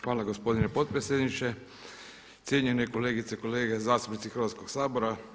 Hvala gospodine potpredsjedniče, cijenjeni kolegice, kolege zastupnici Hrvatskog sabora.